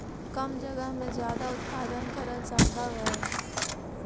कम जगह में ज्यादा उत्पादन करल सम्भव हई